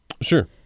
Sure